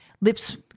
Lips